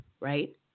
right